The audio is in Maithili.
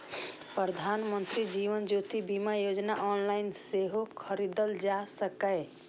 प्रधानमंत्री जीवन ज्योति बीमा योजना ऑनलाइन सेहो खरीदल जा सकैए